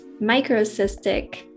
microcystic